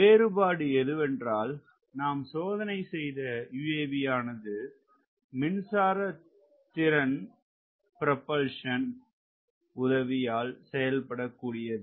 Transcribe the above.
வேறுபாடு எதுவென்றால் நாம் சோதனை செய்த UAV யானது மின்சார திறன் ப்ரோபல்ஷன் உதவியால் செயல்படக்கூடியது